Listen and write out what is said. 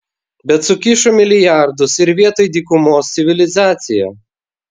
bet sukišo milijardus ir vietoj dykumos civilizacija